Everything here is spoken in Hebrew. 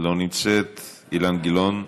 לא נמצאת, אילן גילאון,